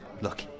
Look